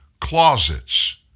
closets